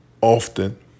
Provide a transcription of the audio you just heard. often